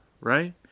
right